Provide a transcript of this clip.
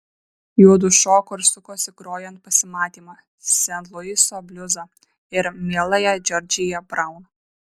juodu šoko ir sukosi grojant pasimatymą sent luiso bliuzą ir mieląją džordžiją braun